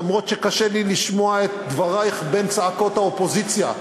למרות שקשה לי לשמוע את דברייך בין צעקות האופוזיציה,